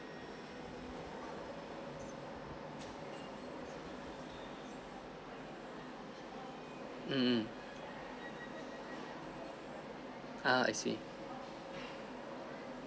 mmhmm ah I see